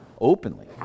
openly